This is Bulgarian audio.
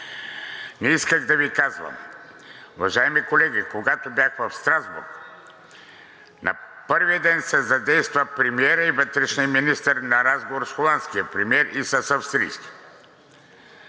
Не исках да Ви казвам. Уважаеми колеги, когато бях в Страсбург, на първия ден се задейства премиерът и вътрешният министър на разговор с холандския премиер и с австрийския.